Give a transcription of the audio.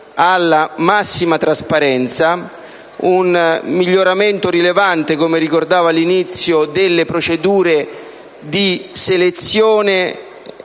alla massima trasparenza e ad un miglioramento rilevante, come ricordavo all'inizio, delle procedure di selezione